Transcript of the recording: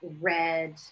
red